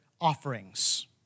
offerings